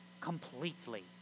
completely